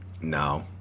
No